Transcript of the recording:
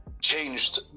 changed